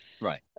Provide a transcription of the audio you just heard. Right